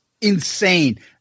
insane